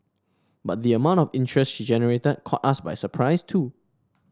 but the amount of interest she generated caught us by surprise too